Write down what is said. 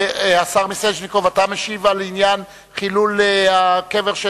השר מיסז'ניקוב, אתה משיב על עניין חילול הקבר?